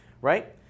right